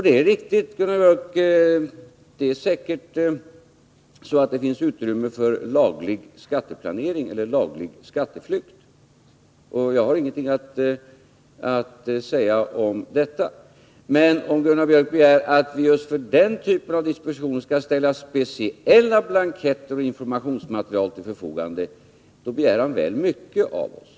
Det är säkerligen riktigt, Gunnar Biörck, att det finns utrymme för laglig skatteplanering eller laglig skatteflykt, och jag har ingenting att säga om detta. Men om Gunnar Biörck begär att vi för just denna typ av dispositioner skall ställa speciella blanketter och särskilt informationsmaterial till förfogande, begär han väl mycket av oss.